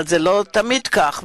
אבל לא בכל מקום זה כך.